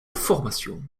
formation